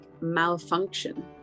malfunction